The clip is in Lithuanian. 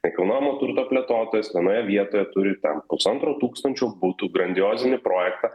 nekilnojamo turto plėtotojas vienoje vietoje turi ten pusantro tūkstančio butų grandiozinį projektą